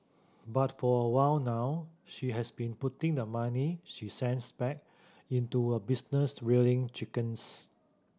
but for a while now she has been putting the money she sends back into a business rearing chickens